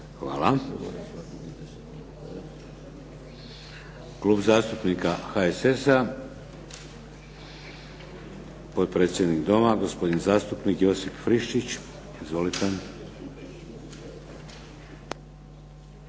Hvala. Klub zastupnika HSS-a, potpredsjednik Doma, gospodin zastupnik Josip Friščić. Izvolite.